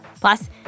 Plus